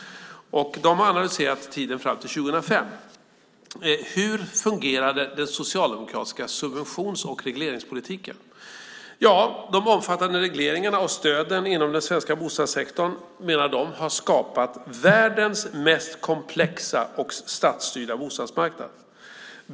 De har analyserat tiden fram till 2005. Hur fungerade den socialdemokratiska subventions och regleringspolitiken? De omfattande regleringarna och stöden inom den svenska bostadssektorn, menar de, har skapat världens mest komplexa och statsstyrda bostadsmarknad.